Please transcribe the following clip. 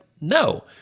no